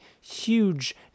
huge